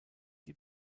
die